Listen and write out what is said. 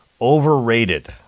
Overrated